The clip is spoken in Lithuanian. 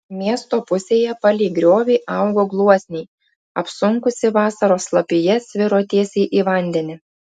miesto pusėje palei griovį augo gluosniai apsunkusi vasaros lapija sviro tiesiai į vandenį